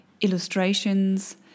illustrations